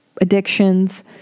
addictions